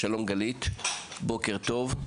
גלית, בוקר טוב.